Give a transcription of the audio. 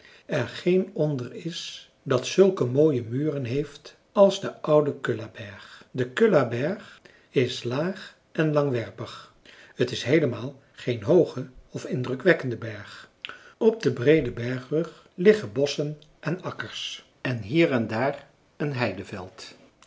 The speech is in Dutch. er geen onder is dat zulke mooie muren heeft als de oude kullaberg de kullaberg is laag en langwerpig t is heelemaal geen hooge of indrukwekkende berg op den breeden bergrug liggen bosschen en akkers en hier en daar een